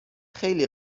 خیلی